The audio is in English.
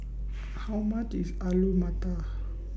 How much IS Alu Matar